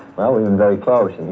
well, we've been very close